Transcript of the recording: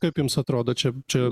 kaip jums atrodo čia čia